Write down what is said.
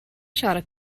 siarad